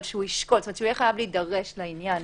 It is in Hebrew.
אבל שיהיה חייב להידרש לעניין.